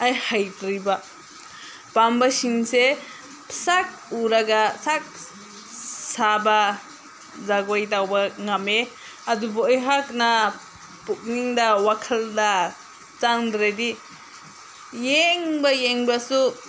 ꯑꯩ ꯍꯩꯇ꯭ꯔꯤꯕ ꯄꯥꯝꯕꯁꯤꯡꯁꯦ ꯁꯛ ꯎꯔꯒ ꯁꯛ ꯁꯥꯕ ꯖꯒꯣꯏ ꯇꯧꯕ ꯉꯝꯃꯦ ꯑꯗꯨꯕꯨ ꯑꯩꯍꯥꯛꯅ ꯄꯨꯝꯅꯤꯡꯗ ꯋꯥꯈꯜꯗ ꯆꯪꯗ꯭ꯔꯗꯤ ꯌꯦꯡꯕ ꯌꯦꯡꯕꯁꯨ